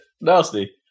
nasty